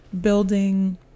building